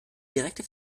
direkte